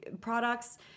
products